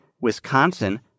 Wisconsin